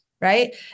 right